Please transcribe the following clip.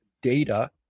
data